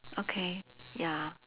okay ya